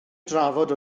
drafod